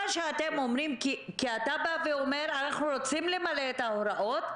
אתה בא ואומר: אנחנו רוצים למלא את ההוראות,